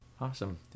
Awesome